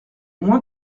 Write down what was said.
moins